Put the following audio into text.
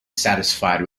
satisfied